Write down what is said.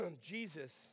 Jesus